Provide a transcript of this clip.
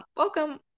welcome